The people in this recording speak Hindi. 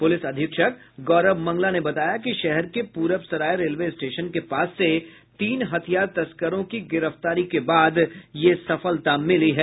पुलिस अधीक्षक गौरव मंगला ने बताया कि शहर के प्रबसराय रेलवे स्टेशन के पास से तीन हथियार तस्करों की गिरफ्तारी के बाद ये सफलता मिली है